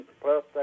plus